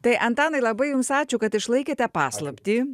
tai antanai labai jums ačiū kad išlaikėte paslaptį